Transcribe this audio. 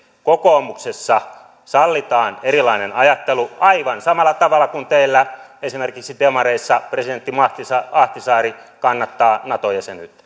kokoomuksessa sallitaan erilainen ajattelu aivan samalla tavalla kuin teillä esimerkiksi demareissa presidentti ahtisaari ahtisaari kannattaa nato jäsenyyttä